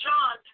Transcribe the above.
John